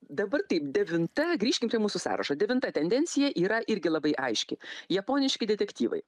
dabar taip devinta grįžkim prie mūsų sąrašo devinta tendencija yra irgi labai aiški japoniški detektyvai